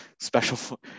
special